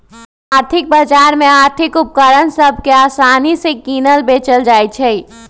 आर्थिक बजार में आर्थिक उपकरण सभ के असानि से किनल बेचल जाइ छइ